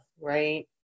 right